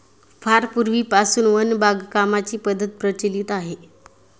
फार पूर्वीपासून वन बागकामाची पद्धत प्रचलित आहे